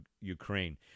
Ukraine